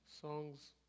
songs